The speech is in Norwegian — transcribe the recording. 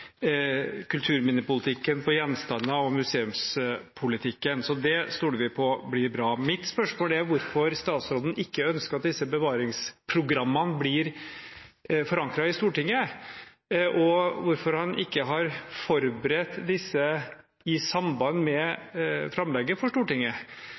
kulturminnepolitikken på gjenstander og museumspolitikken. Så det stoler vi på blir bra. Mitt spørsmål er hvorfor statsråden ikke ønsker at disse bevaringsprogrammene blir forankret i Stortinget, og hvorfor han ikke har forberedt disse i samband